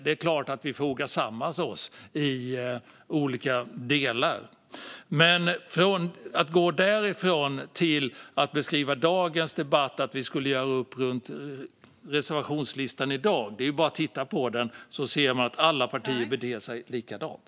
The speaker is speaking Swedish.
Det är klart att vi fogas samman i olika delar. Men det är lång väg därifrån till att vi i dagens debatt skulle göra upp om reservationslistan. Det är bara att titta på den. Då ser man att alla partier beter sig likadant.